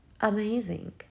amazing